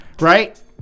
right